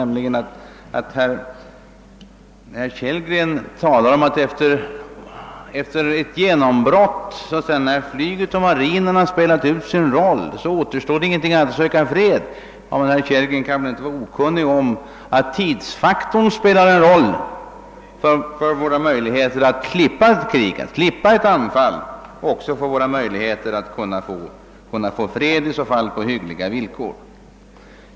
Herr Kellgren talade om att efter ett genombrott, när flyget och marinen spelat ut sin roll, ingenting annat återstår än att söka fred. Men herr Kellgren kan väl inte vara okunnig om att tidsfaktorn spelar en roll för våra möjligheter att slippa ett anfall och för våra möjligheter att få fred på hyggliga villkor.